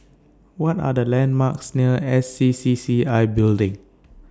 What Are The landmarks near S C C C I Building